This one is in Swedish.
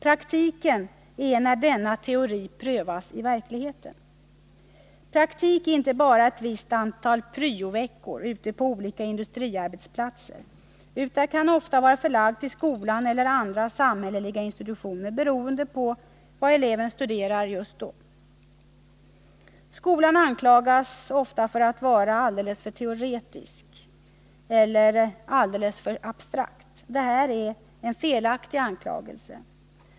Praktiken är när denna teori prövas i verkligheten. Praktik är således inte bara ett visst antal pryoveckor ute på olika industriarbetsplatser utan kan ofta vara förlagd till skolan eller andra samhälleliga institutioner, beroende på vad eleven studerar just då. Skolan anklagas ofta för att vara alltför teoretisk eller alltför abstrakt. Detta är en felaktig anklagelse.